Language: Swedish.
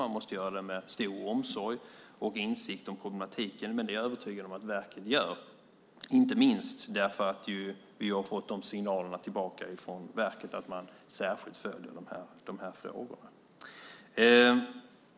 Det måste göras med stor omsorg och med insikt om problematiken. Men det är jag övertygad om att verket gör, inte minst därför att vi har fått signaler tillbaka från verket om att man särskilt följer de här frågorna.